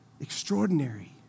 extraordinary